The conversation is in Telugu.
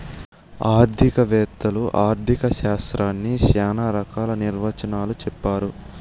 ఆర్థిక వేత్తలు ఆర్ధిక శాస్త్రాన్ని శ్యానా రకాల నిర్వచనాలు చెప్పారు